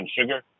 Sugar